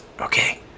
Okay